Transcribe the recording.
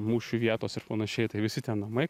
mūšių vietos ir panašiai tai visi tie namai